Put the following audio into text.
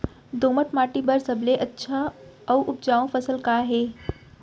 दोमट माटी बर सबले अच्छा अऊ उपजाऊ फसल का हे?